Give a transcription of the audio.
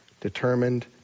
Determined